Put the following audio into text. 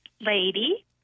Lady